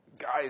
guys